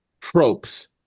tropes